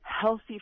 healthy